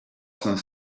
cinq